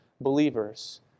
believers